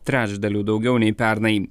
trečdaliu daugiau nei pernai